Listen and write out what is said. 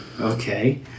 Okay